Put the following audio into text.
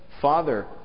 father